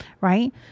right